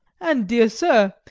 and, dear sir,